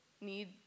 need